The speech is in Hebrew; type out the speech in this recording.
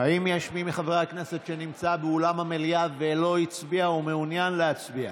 האם יש מי מחברי הכנסת שנמצא באולם המליאה ולא הצביע ומעוניין להצביע?